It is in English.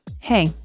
Hey